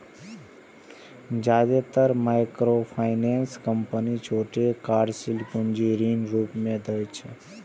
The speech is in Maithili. जादेतर माइक्रोफाइनेंस कंपनी छोट कार्यशील पूंजी ऋणक रूप मे दै छै